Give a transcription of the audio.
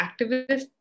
activists